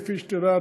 כפי שאת יודעת,